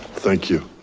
thank you.